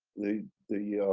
the the